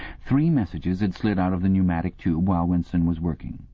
three messages had slid out of the pneumatic tube while winston was working,